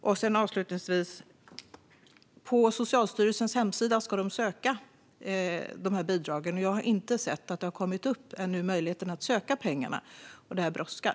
Dessa bidrag ska för övrigt sökas på Socialstyrelsens hemsida, men jag har inte sett att möjligheten att söka dessa pengar har kommit upp ännu. Det brådskar!